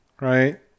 right